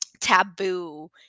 taboo